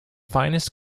finest